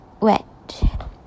wet